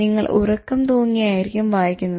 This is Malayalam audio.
നിങ്ങൾ ഉറക്കം തൂങ്ങി ആയിരിക്കും വായിക്കുന്നത്